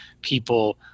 people